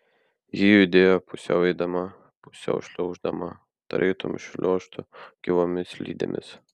ji judėjo pusiau eidama pusiau šliauždama tarytum šliuožtų gyvomis slidėmis